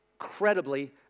incredibly